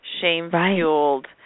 shame-fueled